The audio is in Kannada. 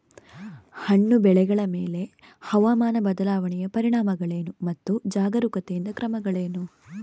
ಹಣ್ಣು ಬೆಳೆಗಳ ಮೇಲೆ ಹವಾಮಾನ ಬದಲಾವಣೆಯ ಪರಿಣಾಮಗಳೇನು ಮತ್ತು ಜಾಗರೂಕತೆಯಿಂದ ಕ್ರಮಗಳೇನು?